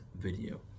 video